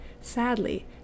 Sadly